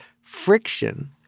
friction